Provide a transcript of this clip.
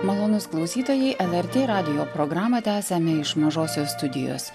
malonūs klausytojai lrt radijo programą tęsia iš mažosios studijos